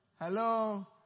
Hello